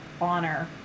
honor